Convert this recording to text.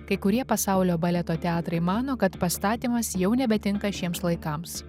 kai kurie pasaulio baleto teatrai mano kad pastatymas jau nebetinka šiems laikams